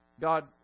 God